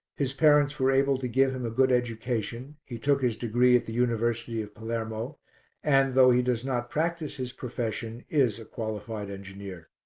his parents were able to give him a good education, he took his degree at the university of palermo and, though he does not practise his profession, is a qualified engineer.